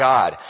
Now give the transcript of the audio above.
God